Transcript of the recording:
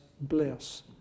bliss